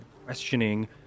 questioning